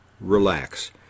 Relax